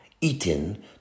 eaten